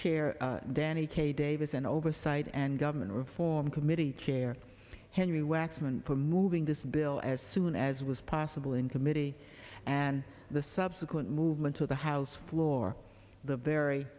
chair danny kaye davis and oversight and government reform committee chair henry waxman for moving this bill as soon as was possible in committee and the subsequent movement to the house floor the very